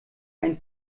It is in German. ein